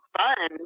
fun